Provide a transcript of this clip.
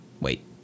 Wait